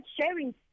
sharing